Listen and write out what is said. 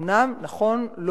אומנם נכון,